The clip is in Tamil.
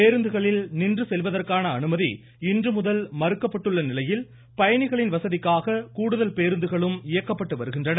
பேருந்துகளில் நின்று செல்வதற்கான அனுமதி இன்று முதல் மறுக்கப்பட்டுள்ள நிலையில் பயணிகளின் வசதிக்காக கூடுதல் பேருந்துகளும் இயக்கப்பட்டு வருகின்றன